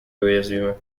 уязвимы